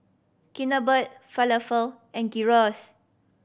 Chigenabe Falafel and Gyros